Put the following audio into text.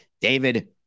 David